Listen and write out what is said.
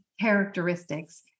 characteristics